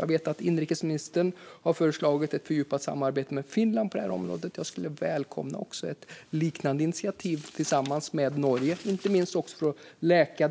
Jag vet att inrikesministern har föreslagit ett fördjupat samarbete med Finland på området. Jag skulle välkomna ett liknande initiativ tillsammans med Norge, inte minst för att läka